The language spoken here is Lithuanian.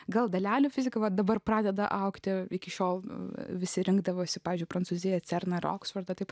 gal dalelių fizika dabar pradeda augti iki šiol visi rinkdavosi pavyzdžiui prancūziją cern ar oksfordą taip